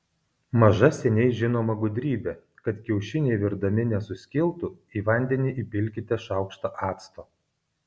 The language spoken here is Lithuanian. maža seniai žinoma gudrybė kad kiaušiniai virdami nesuskiltų į vandenį įpilkite šaukštą acto